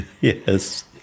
Yes